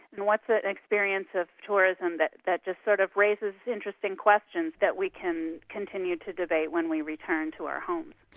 and what's ah an experience of tourism that that just sort of raises interesting questions that we can continue to debate when we return to our homes.